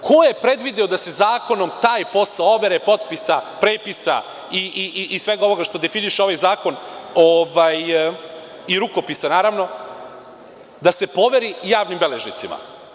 Ko je predvideo da se zakonom taj posao overe potpisa, prepisa i svega ovoga što definiše ovaj zakon, i rukopisa naravno, da se poveri javnim beležnicima?